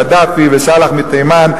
קדאפי וסאלח מתימן,